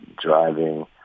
driving